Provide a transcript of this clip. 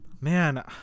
Man